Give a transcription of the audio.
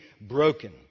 broken